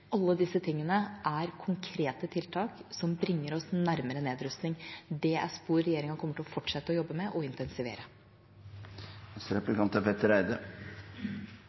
Alle disse tingene er konkrete tiltak som bringer oss nærmere nedrustning. Det er spor regjeringa kommer til å fortsette å jobbe med og intensivere. Takk for at vi får ha denne debatten. Den er